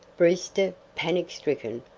brewster, panic-stricken,